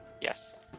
Yes